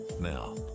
Now